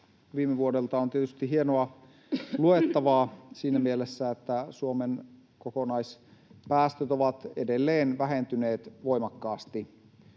viime vuodelta on tietysti hienoa luettavaa siinä mielessä, että Suomen kokonaispäästöt ovat edelleen vähentyneet voimakkaasti.